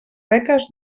beques